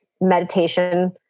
meditation